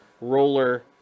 Roller